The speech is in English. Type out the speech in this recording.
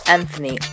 Anthony